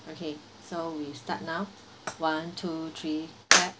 okay so we start now one two three clap